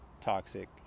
toxic